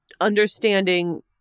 understanding